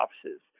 offices